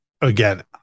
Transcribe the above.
again